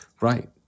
right